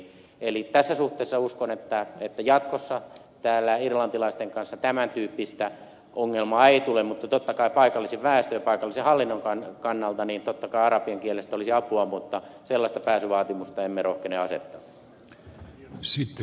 eli tässä suhteessa uskon että jatkossa täällä irlantilaisten kanssa tämän tyyppistä ongelmaa ei tule mutta totta kai paikallisen väestön ja paikallisen hallinnon kannalta arabian kielestä olisi apua mutta sellaista pääsyvaatimusta emme rohkene asettaa